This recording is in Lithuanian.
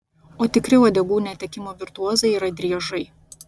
o tikri uodegų netekimo virtuozai yra driežai